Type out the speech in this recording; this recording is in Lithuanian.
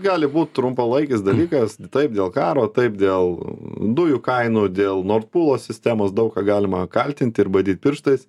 gali būt trumpalaikis dalykas taip dėl karo taip dėl dujų kainų dėl nord pulo sistemos daug ką galima kaltint ir badyt pirštais